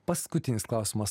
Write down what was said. paskutinis klausimas